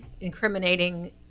incriminating